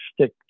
stick